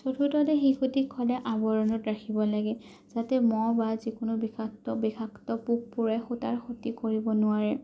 চতুৰ্থতে শিশুটিক সদায় আৱৰণত ৰাখিব লাগে যাতে মহ বা যিকোনো বিষাক্ত বিষাক্ত পোক পৰুৱাই খুটাৰ ক্ষতি কৰিব নোৱাৰে